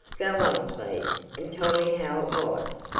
go on please, and tell me how it was.